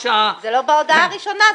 מדובר שהלשכה -- זה לא בהודעה הראשונה.